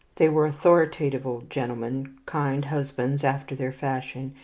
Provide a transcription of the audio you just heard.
they were authoritative old gentlemen, kind husbands after their fashion,